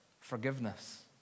forgiveness